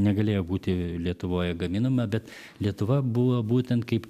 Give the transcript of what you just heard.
negalėjo būti lietuvoje gaminama bet lietuva buvo būtent kaip